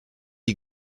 you